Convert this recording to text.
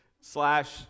slash